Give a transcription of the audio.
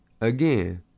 again